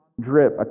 drip